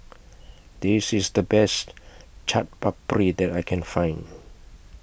This IS The Best Chaat Papri that I Can Find